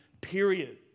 period